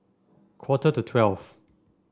quarter to twelve